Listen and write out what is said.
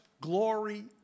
glory